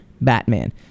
Batman